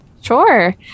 Sure